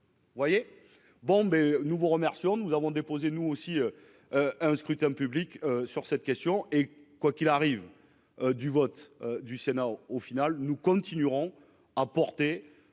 Vous voyez bon bé nous vous remercions de nous avons déposé nous aussi. Un scrutin public sur cette question et quoi qu'il arrive. Du vote du Sénat. Au final, nous continuerons à porter